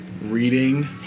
reading